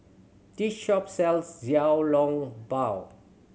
this shop sells Xiao Long Bao